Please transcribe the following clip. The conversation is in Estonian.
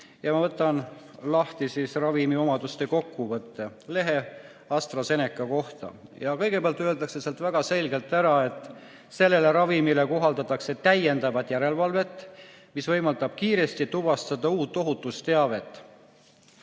Ma võtan lahti ravimiomaduste kokkuvõtte lehe AstraZeneca kohta. Kõigepealt öeldakse seal väga selgelt ära, et sellele ravimile kohaldatakse täiendavat järelevalvet, mis võimaldab kiiresti tuvastada uut ohutusteavet.